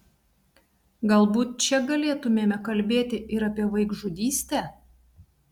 galbūt čia galėtumėme kalbėti ir apie vaikžudystę